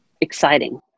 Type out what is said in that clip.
exciting